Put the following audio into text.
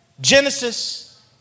Genesis